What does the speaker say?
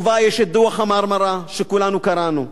ובה יש דוח ה"מרמרה", שכולנו קראנו.